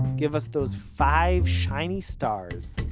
give us those five shiny stars,